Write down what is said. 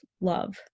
love